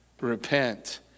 Repent